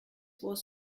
was